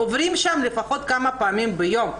עוברים שם לפחות כמה פעמים ביום.